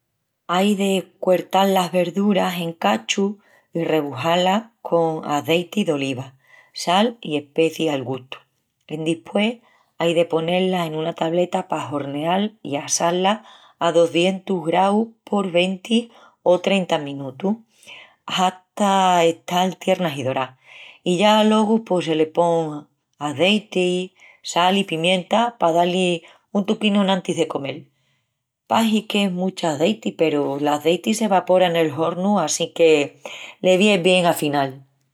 Ai de cuertal las verduras en cachus i rebujá-las con azeiti d'oliva, sal i especiis al gustu. Endispués ai de poné-las en una tableta pa horneal i assá-las a docientus graus por venti o trenta menutus hata estal tiernas i dorás. I ya alogu pos se le pon azeiti, sal i pimienta pa da-li un toquinu enantis de comel. Pahi qu¡es mucha azeiti peru l'azeiti se vapora nel hornu assinque le vien bien afinal.